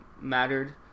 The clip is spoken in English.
mattered